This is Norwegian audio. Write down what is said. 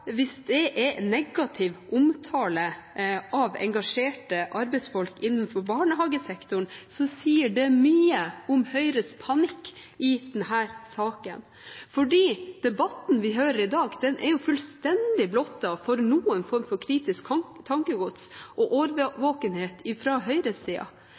hvis det er negativ omtale av engasjerte arbeidsfolk innenfor barnehagesektoren, sier det mye om Høyres panikk i denne saken. Debatten vi hører i dag, er fullstendig blottet for noen form for kritisk tankegods og